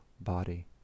body